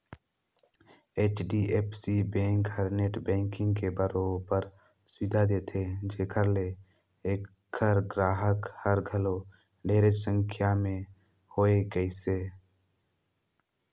HDFC bank हर net banking के बरोबर सुबिधा देथे जेखर ले ऐखर गराहक हर घलो ढेरेच संख्या में होए गइसे